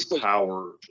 power